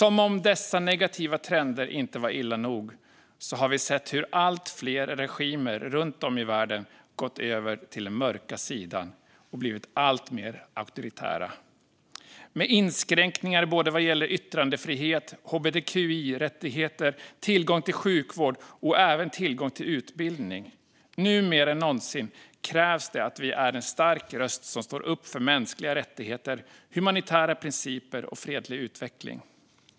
Som om dessa negativa trender inte var illa nog har vi sett att allt fler regimer runt om i världen gått över till den mörka sidan och blivit alltmer auktoritära. Det handlar om inskränkningar vad gäller yttrandefrihet, hbtqi-rättigheter, tillgång till sjukvård och även tillgång till utbildning. Nu mer än någonsin krävs det att vi är en stark röst som står upp för mänskliga rättigheter, humanitära principer och fredlig utveckling.